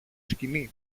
σκοινί